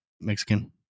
Mexican